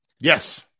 Yes